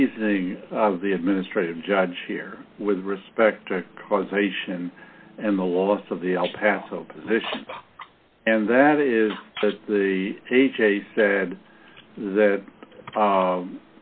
reasoning of the administrative judge here with respect to causation and the loss of the el paso position and that is the a j said that